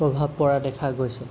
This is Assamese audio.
প্ৰভাৱ পৰা দেখা গৈছে